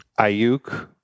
Ayuk